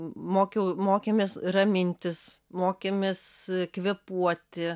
mokiau mokėmės ramintis mokėmės kvėpuoti